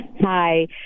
Hi